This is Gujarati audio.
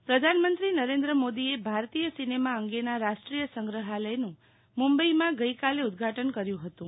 ભારતીય સિનેમા પ્રધાનમંત્રી નરેન્દ્ર મોદીએ ભારતીય સિનેમા અંગેના રાષ્ટ્રીય સંગ્રહાલયનું મુંબઇમાં ગઈ કાલે ઉદ્દઘાટન કર્યું હતું